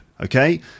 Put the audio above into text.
okay